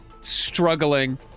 struggling